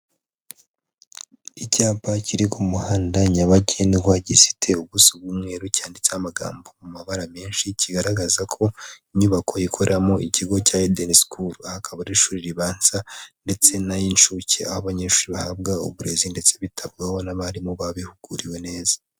Icyapa kiri ku muhanda nyabagendwa, gifite ubuso bw'umweru, cyanditseho amagambo mu mabara menshi kigaragaza ko inyubako ikoreramo ikigo cya Eden School, aha akaba ari ishuri ribanza ndetse n'ay'inshuke, aho abanyeshuri bahabwa uburezi ndetse bitabwaho n'abarimu babihuguriwe neza.